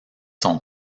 son